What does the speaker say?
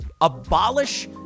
abolish